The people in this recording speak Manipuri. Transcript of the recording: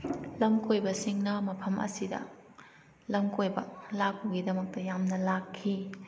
ꯂꯝꯀꯣꯏꯕ ꯃꯤꯁꯤꯡꯅ ꯃꯐꯝ ꯑꯁꯤꯗ ꯂꯝꯀꯣꯏꯕ ꯂꯥꯛꯄꯒꯤꯗꯃꯛꯇ ꯌꯥꯝꯅ ꯂꯥꯛꯈꯤ